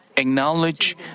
Acknowledge